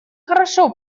хорошо